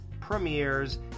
premieres